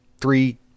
three